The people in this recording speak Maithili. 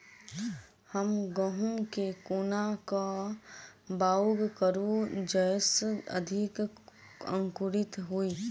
हम गहूम केँ कोना कऽ बाउग करू जयस अधिक अंकुरित होइ?